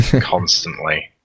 Constantly